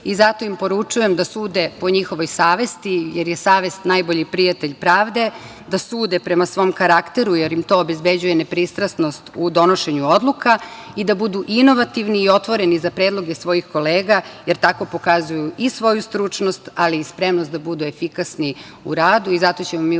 i zato im poručujem da sude po njihovoj savesti, jer je savest najbolji prijatelj pravde, da sude prema svom karakteru, jer im to obezbeđuje nepristrasnost u donošenju odluka i da budu inovativni i otvoreni za predloge svojih kolega, jer tako pokazuju i svoju stručnost, ali i spremnost da budu efikasni u radu. Zato ćemo mi u